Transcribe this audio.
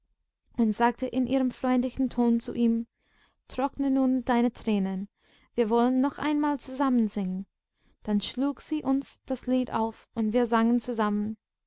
und sagte in ihrem freundlichen ton zu ihm trockne nun deine tränen wir wollen noch einmal zusammen singen dann schlug sie uns das lied auf und wir sangen zusammen